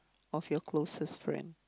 of your closest friend